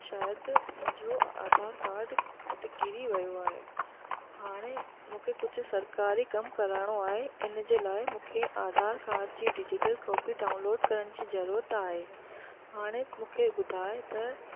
शायद मुंहिंजो आधार कार्ड उते किरी वयो आहे हाणे मूंखे कुझु सरकारी कम कराइणो आहे इन जे लाइ मूंखे आधार कार्ड जी डिजीटल कॉपी डाउनलोड करण जी ज़रूरत आहे हाणे मूंखे ॿुधाए त